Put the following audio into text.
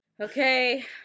Okay